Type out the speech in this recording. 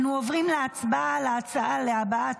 אנו עוברים להצבעה על ההצעה להבעת